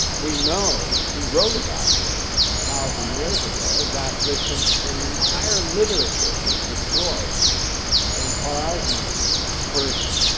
we know he wrote about this thousand years ago that this and an entire literature was destroyed and khwarazmian persian,